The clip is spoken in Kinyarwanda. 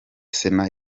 sena